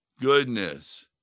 goodness